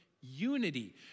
unity